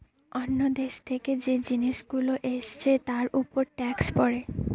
অন্য দেশ থেকে যে জিনিস গুলো এসছে তার উপর ট্যাক্স পড়ে